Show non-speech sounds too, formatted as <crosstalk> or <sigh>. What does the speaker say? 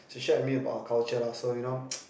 she shared with me about her culture lah so you know <noise>